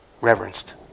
reverenced